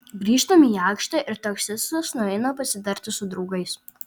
grįžtam į aikštę ir taksistas nueina pasitarti su draugais